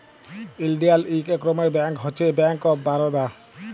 ইলডিয়াল ইক রকমের ব্যাংক হছে ব্যাংক অফ বারদা